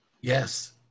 Yes